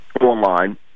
online